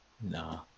Nah